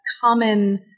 common